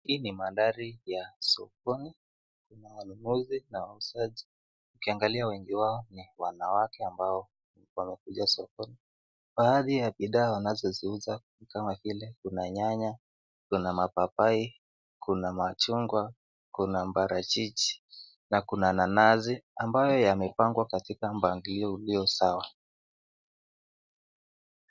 Hii ni mandhari ya sokoni. Kuna wanunuzi na wauzaji. Ukiangalia wengi wao ni wanawake ambao wamekuja sokoni. Baadhi ya bidhaa wanazoziuza ni kama vile kuna nyanya, kuna mapapai, kuna machungwa, kuna mparachichi na kuna nanasi ambayo yamepangwa katika mpangilio uliyo sawa.